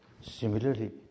Similarly